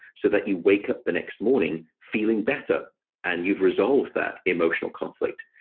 so that you wake up the next morning feeling better and you've resolved that emotional conflict.